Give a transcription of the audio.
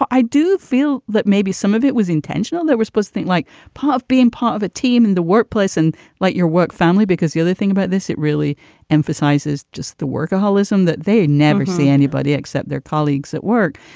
i do feel that maybe some of it was intentional that we're supposed think like part of being part of a team in the workplace and like your work family. because the other thing about this, it really emphasizes just the workaholism that they never see anybody except their colleagues at work.